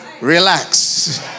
relax